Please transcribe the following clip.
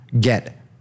get